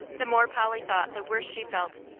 the more polly thought, the worse she felt.